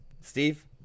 Steve